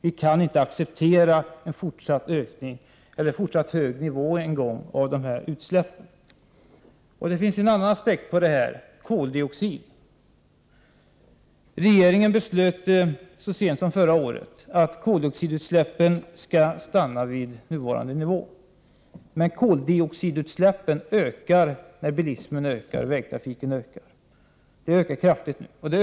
Vi kan inte acceptera en fortsatt hög nivå av utsläppen. Det finns en annan aspekt på det hela: koldioxid. Regeringen beslöt så sent som förra året att koldioxidutsläppen skall stanna vid nuvarande nivå. Men koldioxidutsläppen ökar när bilismen och vägtrafiken ökar, och den ökar kraftigt.